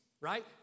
right